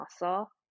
muscle